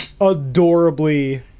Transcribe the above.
adorably